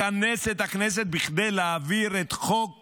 לכנס את הכנסת בכדי להעביר את חוק הרבנים,